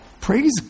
Praise